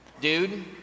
dude